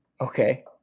Okay